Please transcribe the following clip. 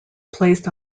placed